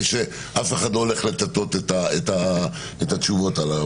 שאף אחד לא הולך לטאטא את התשובות האלה.